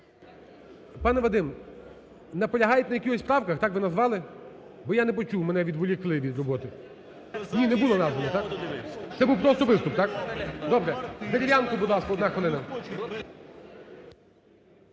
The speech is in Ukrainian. Пане Вадим, наполягаєте на якихось правках, так, ви назвали? Бо я не почув, мене відволікли від роботи. Ні, не було названо, так? Це був просто виступ, так? Добре. Дерев'янко, будь ласка, одна хвилина.